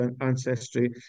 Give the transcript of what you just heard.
ancestry